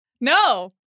no